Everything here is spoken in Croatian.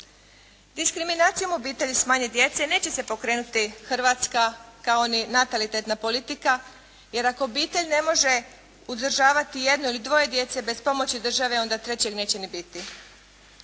Diskriminacijom obitelji s manje djece neće se pokrenuti Hrvatska, kao ni natalitetna politika, jer ako obitelj ne može uzdržavati jedno ili dvoje djece bez pomoći države, onda trećeg neće niti biti.